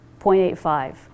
0.85